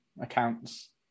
accounts